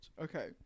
Okay